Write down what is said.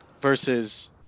versus